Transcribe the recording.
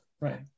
Right